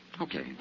Okay